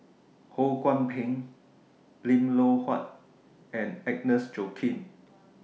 Ho Kwon Ping Lim Loh Huat and Agnes Joaquim